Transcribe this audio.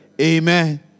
Amen